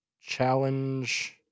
Challenge